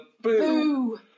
boo